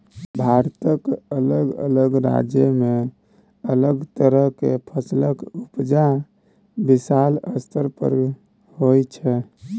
भारतक अलग अलग राज्य में अलग तरह केर फसलक उपजा विशाल स्तर पर होइ छै